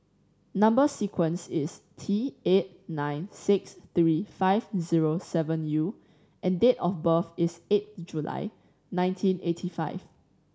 number sequence is T eight nine six three five zero seven U and date of birth is eight July nineteen eighty five